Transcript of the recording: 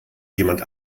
jemand